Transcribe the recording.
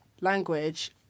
language